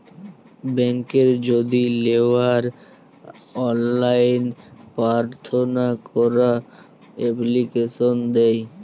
ব্যাংকে যদি লেওয়ার অললাইন পার্থনা ক্যরা এপ্লিকেশন দেয়